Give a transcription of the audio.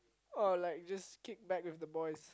or like just kick back with the boys